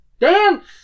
Dance